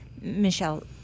Michelle